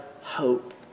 hope